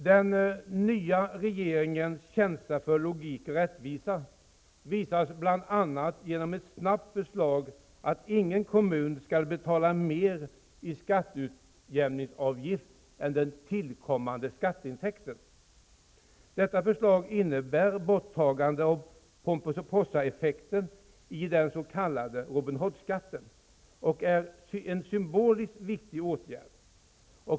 Den nya regeringens känsla för logik och rättvisa visas bl.a. genom ett snabbt förslag om att ingen kommun skall betala mer i skatteutjämningsavgift än vad den får in i ökade skatteintäkter. Detta förslag innebär borttagande av Pomperipossaeffekten i den s.k. Robin Hood-skatten och är en symboliskt viktig åtgärd.